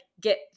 get